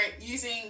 using